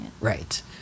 Right